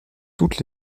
toutes